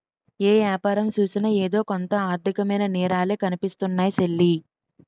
ఏ యాపారం సూసినా ఎదో కొంత ఆర్దికమైన నేరాలే కనిపిస్తున్నాయ్ సెల్లీ